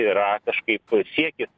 yra kažkaip siekis